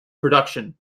production